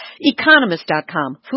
Economist.com